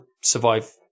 survive